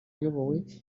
iyobowe